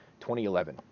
2011